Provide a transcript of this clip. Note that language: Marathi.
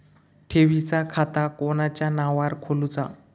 ठेवीचा खाता कोणाच्या नावार खोलूचा?